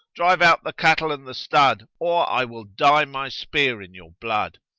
drive out the cattle and the stud or i will dye my spear in your blood.